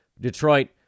Detroit